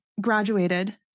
graduated